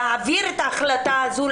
להעביר את ההחלטה הזו,